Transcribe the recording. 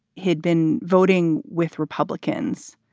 he'd been voting with republicans.